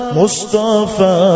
mustafa